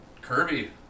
Kirby